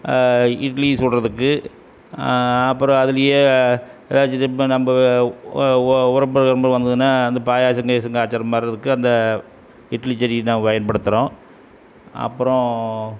இட்லி சுடுறதுக்கு அப்புறம் அதுலேயே எதாச்சு இப்ப நம்ம ஓ ஓ உறமுறை கிறமுறை வந்துதுனால் இந்த பாயாசம் கீயாசம் காய்ச்சற மாதிரி இருக்குது அந்த இட்லிச்சட்டி நாம் பயன்படுத்துகிறோம் அப்புறம்